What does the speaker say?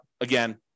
again